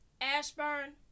Ashburn